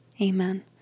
Amen